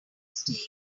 staying